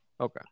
Okay